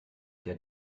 der